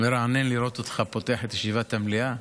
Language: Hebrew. מרענן לראות אותך פותח את ישיבת המליאה.